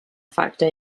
factor